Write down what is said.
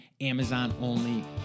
Amazon-only